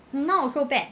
no now also bad